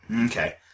Okay